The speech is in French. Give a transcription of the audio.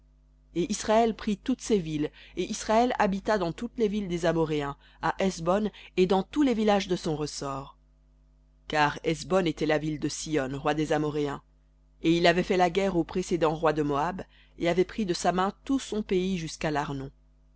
et israël prit toutes ces villes et israël habita dans toutes les villes des amoréens à hesbon et dans tous les villages de son ressort car hesbon était la ville de sihon roi des amoréens et il avait fait la guerre au précédent roi de moab et avait pris de sa main tout son pays jusqu'à l'arnon